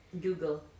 Google